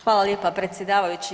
Hvala lijepa predsjedavajući.